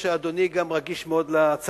ושאדוני גם רגיש מאוד לצד"לניקים,